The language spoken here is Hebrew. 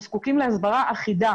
אנחנו זקוקים להסברה אחידה